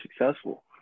successful